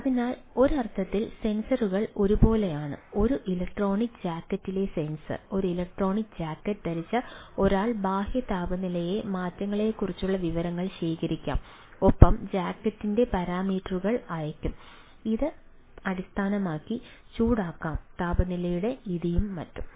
അതിനാൽ ഒരർത്ഥത്തിൽ സെൻസറുകൾ ഒരുപോലെയാണ് ഒരു ഇലക്ട്രോണിക് ജാക്കറ്റിലെ സെൻസർ ഒരു ഇലക്ട്രോണിക് ജാക്കറ്റ് ധരിച്ച ഒരാൾ ബാഹ്യ താപനിലയിലെ മാറ്റങ്ങളെക്കുറിച്ചുള്ള വിവരങ്ങൾ ശേഖരിക്കാം ഒപ്പം ജാക്കറ്റിന്റെ പാരാമീറ്ററുകൾ അയയ്ക്കും ഇത് അടിസ്ഥാനമാക്കി ചൂടാക്കാം താപനിലയുടെ ഇടിവും മറ്റും